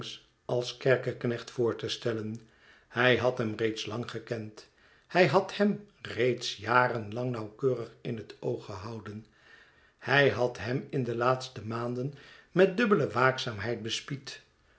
als kerkeknecht voor te stellen hij had hem reeds lang gekend hij had hem reeds jaren lang nauwkeurig in het oog gehouden hij had hem in de laatste maanden met dubbele